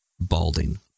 balding